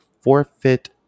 forfeit